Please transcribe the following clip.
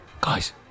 guys